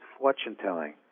fortune-telling